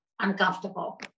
uncomfortable